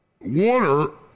Water